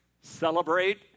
celebrate